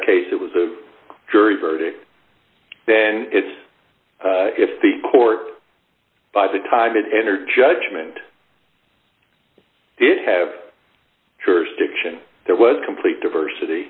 case it was a jury verdict then it's if the court by the time and energy judgment did have jurisdiction there was complete diversity